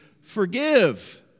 forgive